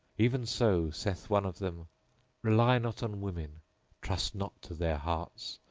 even so saith one of them rely not on women trust not to their hearts,